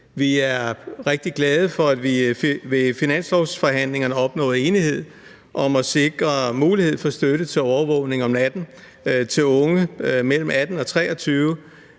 rigtig glade for, at vi ved finanslovsforhandlingerne opnåede enighed om at sikre mulighed for støtte til overvågning om natten til unge mellem 18 og 23